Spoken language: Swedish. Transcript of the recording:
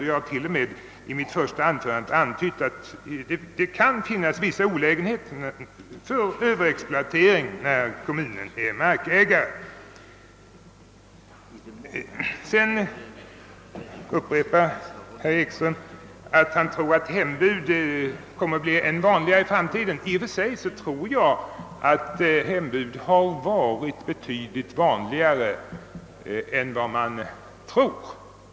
I mitt första anförande har jag till och med antytt att det kan finnas risk för överexploatering när kommunen äger marken. Herr Ekström upprepar sedan att han tror att hembud kommer att bli vanligare i framtiden. I och för sig har nog hembudsförfarandet förekommit betydligt oftare än man föreställer sig.